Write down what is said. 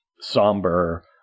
somber